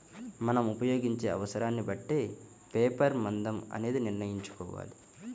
మనం ఉపయోగించే అవసరాన్ని బట్టే పేపర్ మందం అనేది నిర్ణయించుకోవాలి